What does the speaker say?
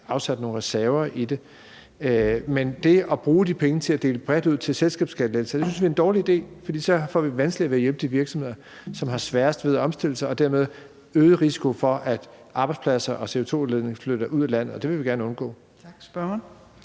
afsat nogle reserver til det. Men det at bruge de penge til at dele bredt ud som selskabsskattelettelser synes vi er en dårlig idé, for så får vi vanskeligere ved at hjælpe de virksomheder, som har sværest ved at omstille sig, og dermed er der en øget risiko for, at arbejdspladser og CO2-udledning flytter ud af landet, og det vil vi gerne undgå. Kl.